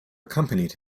accompanied